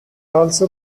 also